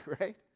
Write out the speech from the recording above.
right